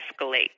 escalate